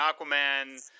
Aquaman